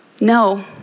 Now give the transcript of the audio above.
No